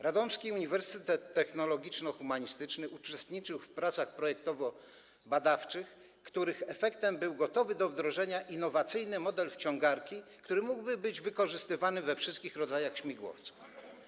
Radomski Uniwersytet Technologiczno-Humanistyczny uczestniczył w pracach projektowo-badawczych, których efektem był gotowy do wdrożenia innowacyjny model wciągarki, który mógłby być wykorzystywany we wszystkich rodzajach śmigłowców.